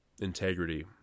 integrity